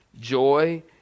Joy